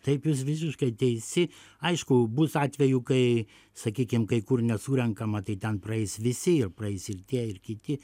taip jūs visiškai teisi aišku bus atvejų kai sakykim kai kur nesurenkama tai ten praeis visi ir praeis ir tie ir kiti